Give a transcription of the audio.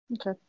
Okay